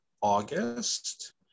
August